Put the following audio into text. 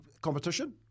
competition